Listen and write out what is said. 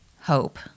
hope